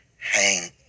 hang